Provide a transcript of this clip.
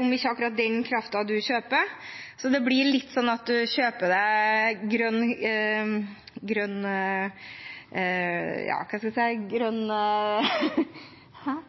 om ikke akkurat den kraften man kjøper. Så det blir litt sånn at man kjøper seg grønn, hva skal jeg si, grønn